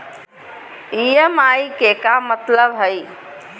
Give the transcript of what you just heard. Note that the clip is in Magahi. ई.एम.आई के का मतलब हई?